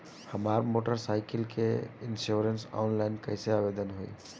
हमार motorcycle के insurance online कईसे आवेदन होई?